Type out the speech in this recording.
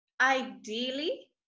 ideally